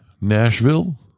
Nashville